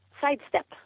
sidestep